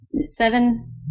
Seven